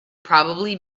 probably